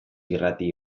irrati